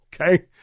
Okay